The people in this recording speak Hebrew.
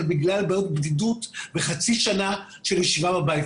אלא בגלל בעיות בדידות וחצי שנה של ישיבה בבית.